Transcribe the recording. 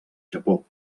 japó